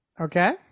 okay